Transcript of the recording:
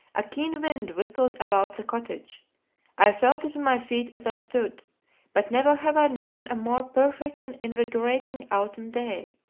a keen wind whistled about the cottage i felt it on my feet as i stood but never have i known a more perfect and invigorating autumn day.